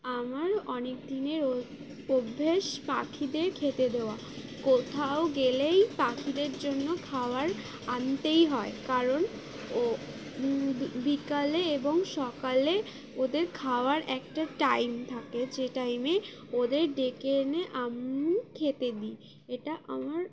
আমার অনেক দিনের ও অভ্যেস পাখিদের খেতে দেওয়া কোথাও গেলেই পাখিদের জন্য খাবার আনতেই হয় কারণ ও বিকালে এবং সকালে ওদের খাওয়ার একটা টাইম থাকে যে টাইমে ওদের ডেকে এনে আমি খেতে দিই এটা আমার